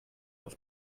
auf